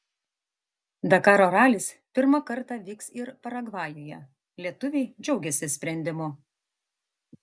dakaro ralis pirmą kartą vyks ir paragvajuje lietuviai džiaugiasi sprendimu